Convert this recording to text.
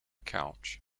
couch